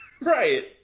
right